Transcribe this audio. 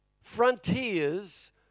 frontiers